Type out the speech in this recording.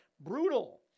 brutal